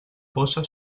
bossa